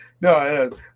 No